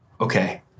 okay